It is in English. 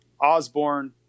Osborne